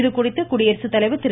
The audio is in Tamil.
இதுகுறித்து குடியரசுத்தலைவர் திரு